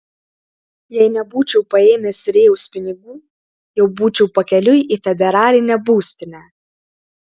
jei nebūčiau paėmęs rėjaus pinigų jau būčiau pakeliui į federalinę būstinę